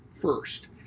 first